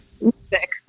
music